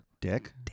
Dick